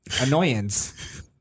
annoyance